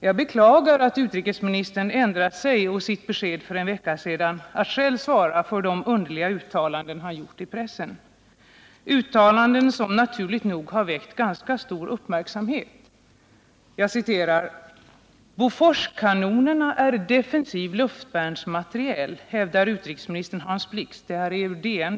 Jag beklagar att utrikesministern ändrat sig och sitt besked för en vecka sedan, som innebar att han själv skulle svara för de underliga uttalanden han gjort i pressen. Dessa uttalanden har naturligt nog väckt ganska stor uppmärksamhet. Jag citerar ur Dagens Nyheter från den 6 december: ”Boforskanonerna är defensiv luftvärnsmateriel, hävdar utrikesminister Hans Blix.